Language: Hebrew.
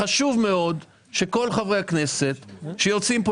חשוב מאוד שכל חברי הכנסת שיוצאים כאן